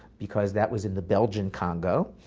because that was in the belgian congo.